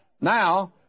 Now